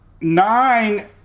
nine